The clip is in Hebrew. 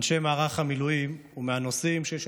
אנשי מערך המילואים הוא מהנושאים שיש